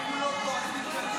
אם הוא לא פה אז מתקדמים.